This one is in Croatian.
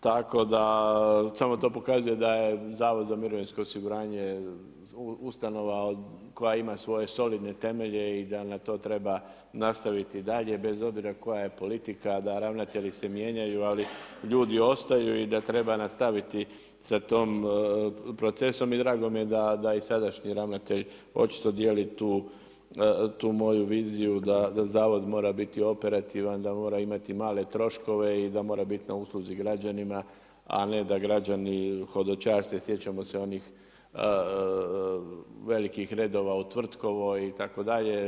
Tako da, sve vam to pokazuje da je HZMO, ustanova koja ima svoje solidne temelje i da na to treba nastaviti dalje, bez obzira koja je politika, da ravnatelji se mijenjaju, ali ljudi ostaju i da treba nastaviti sa tom procesom i drago mi je da i sadašnji ravnatelj očito dijeli tu moju viziju da zavod mora biti operativan, da mora imati male troškove i da mora biti na usluzi građanima, a ne da građani hodočaste, sjećamo se onih velikih redova u Tvrtkovoj itd.